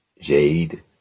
Jade